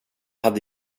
hade